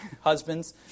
husbands